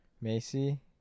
Macy